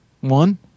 one